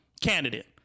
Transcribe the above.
candidate